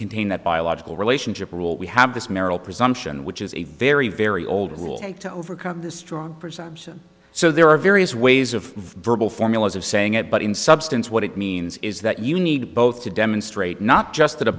contain that biological relationship rule we have this merrill presumption which is a very very old rule to overcome this strong presumption so there are various ways of verbal formulas of saying it but in substance what it means is that you need both to demonstrate not just